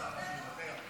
נראה לך שהוא יוותר?